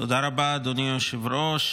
(תיקוני חקיקה), התשפ"ד 2024,